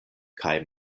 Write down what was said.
kaj